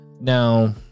Now